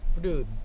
Dude